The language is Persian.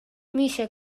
میشه